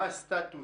מה הסטטוס?